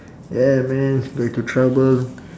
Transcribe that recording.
yeah man got into trouble